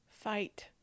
fight